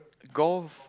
golf